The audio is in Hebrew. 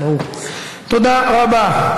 תודה רבה.